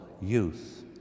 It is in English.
youth